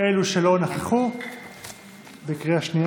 אלו שלא נכחו בקריאה השנייה.